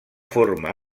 forma